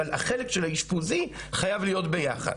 אבל החלק האשפוזי חייב להיות ביחד.